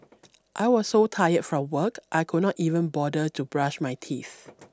I was so tired from work I could not even bother to brush my teeth